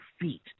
feet